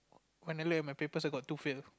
when I look at my papers I got two fail